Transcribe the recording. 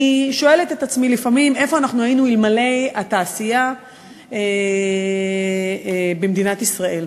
אני שואלת את עצמי לפעמים איפה אנחנו היינו אלמלא התעשייה במדינת ישראל.